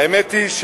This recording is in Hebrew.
האמת היא,